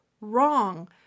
wrong